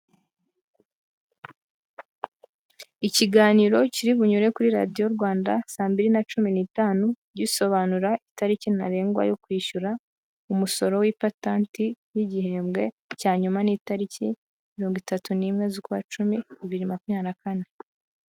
ikiganiro kiri bunyure kuri radio rwanda saa mbiri na cumi n'itanu gisobanura itariki ntarengwa yo kwishyura umusoro w'ipatanti y'igihembwe cya nyuma n'itariki mirongo itatu n'imwe z'ukwa cumi bibiri makumya na kane.